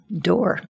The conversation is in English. door